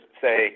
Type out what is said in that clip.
say